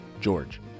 George